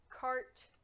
cart